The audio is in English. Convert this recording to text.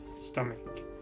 stomach